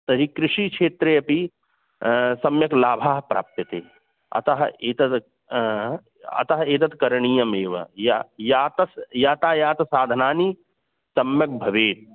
तर्हि कृषिक्षेत्रे अपि सम्यक् लाभाः प्राप्यन्ते अतः एतद् अतः एतद् करणीयम् एव या यातस् यातायातसाधनानि सम्यक् भवेत्